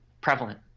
prevalent